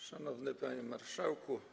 Szanowny Panie Marszałku!